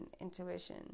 intuition